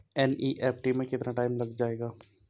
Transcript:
NEFT में कितना time लग जाएगा?